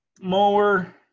mower